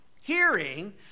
Hearing